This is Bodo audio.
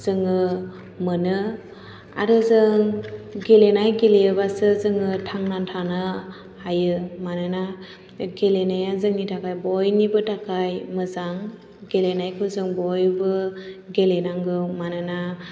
जोङो मोनो आरो जों गेलेनाय गेलेयोबासो जोङो थांनानै थानो हायो मानोना बे गेलेनाया जोंनि थाखाय बयनिबो थाखाय मोजां गेलेनायखौ जों बयबो गेलेनांगौ मानोना